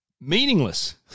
meaningless